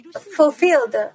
fulfilled